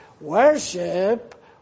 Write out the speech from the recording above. worship